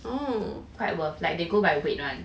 quite worth like they go by weight [one]